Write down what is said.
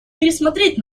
пересмотреть